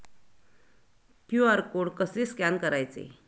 QR code कसे scan करायचे?